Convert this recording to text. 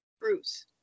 bruce